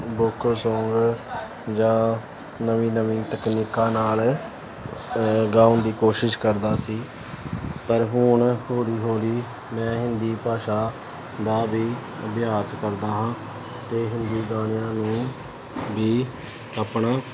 vocal song ਹੋ ਗਏ ਜਾਂ ਨਵੀਂ ਨਵੀਂ ਤਕਨੀਕਾਂ ਨਾਲ ਗਾਉਣ ਦੀ ਕੋਸ਼ਿਸ਼ ਕਰਦਾ ਸੀ ਪਰ ਹੁਣ ਹੌਲੀ ਹੌਲੀ ਮੈਂ ਹਿੰਦੀ ਭਾਸ਼ਾ ਦਾ ਵੀ ਅਭਿਆਸ ਕਰਦਾ ਹਾਂ ਅਤੇ ਹਿੰਦੀ ਗਾਣਿਆਂ ਨੂੰ ਵੀ ਆਪਣਾ